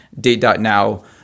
date.now